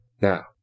Now